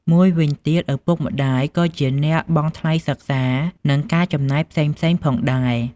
មួយវិញទៀត ឪពុកម្ដាយក៏ជាអ្នកបង់ថ្លៃសិក្សា និងការចំណាយផ្សេងៗផងដែរ។